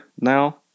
now